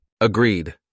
Agreed